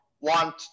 want